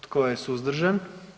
Tko je suzdržan?